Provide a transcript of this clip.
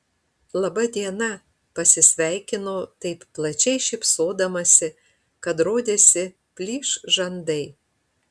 laba diena pasisveikino taip plačiai šypsodamasi kad rodėsi plyš žandai